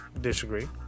disagree